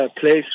place